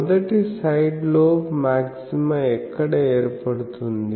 మొదటి side lobe maxima ఎక్కడ ఏర్పడుతుంది